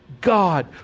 God